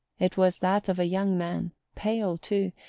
it was that of a young man, pale too,